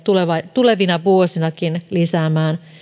tulevina vuosinakin lisäämään